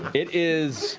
it is